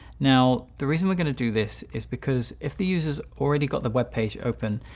now the reason we're going to do this is because if the user has already got the web page open,